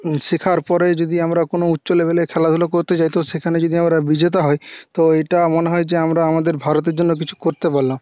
শেখার পরে যদি আমরা কোন উচ্চ লেবেলে খেলাধুলো করতে যাই তো সেখানে যদি আমরা বিজেতা হই তো এটা মনে হয় যে আমরা আমাদের ভারতের জন্য কিছু করতে পারলাম